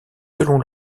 selon